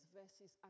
verses